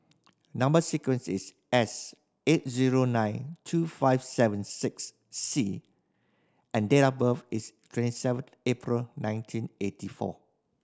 number sequence is S eight zero nine two five seven six C and date of birth is twenty seven April nineteen eighty four